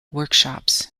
workshops